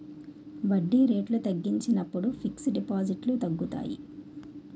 వడ్డీ రేట్లు తగ్గించినప్పుడు ఫిక్స్ డిపాజిట్లు తగ్గుతాయి